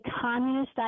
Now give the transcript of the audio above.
communist